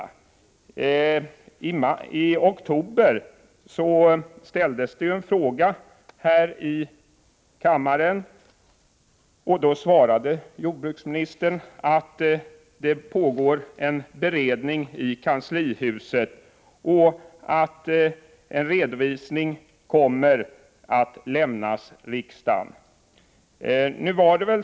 I oktober ställdes det en fråga här i kammaren, och då svarade jordbruksministern att det pågår en beredning i kanslihuset och att en redovisning kommer att lämnas till riksdagen.